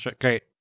great